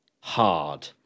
hard